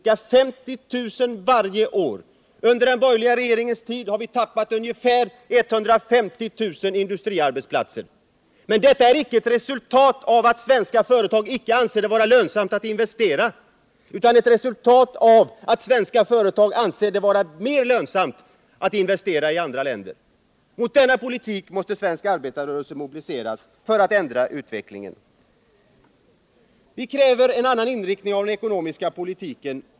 Under den borgerliga regeringstiden har vi alltså tappat 150 000 industriarbetsplatser. Men detta är icke resultatet av att svenska företag inte anser det vara lönsamt att investera utan ett resultat av att de anser det mer lönsamt att investera i andra länder. Mot denna politik måste svensk arbetarrörelse mobiliseras för att ändra utvecklingen. Vi kräver en annan inriktning av den ekonomiska politiken.